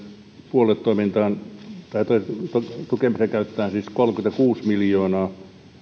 puoluetoiminnan tukemiseen käytetään siis kolmekymmentäkuusi miljoonaa